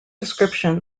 description